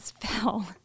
fell